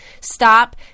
stop